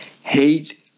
Hate